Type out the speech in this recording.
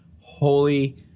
holy